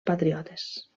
patriotes